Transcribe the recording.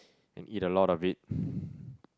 and eat a lot of it